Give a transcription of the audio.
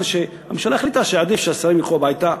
שהממשלה החליטה שעדיף שהשרים ילכו הביתה,